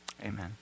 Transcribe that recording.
Amen